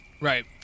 Right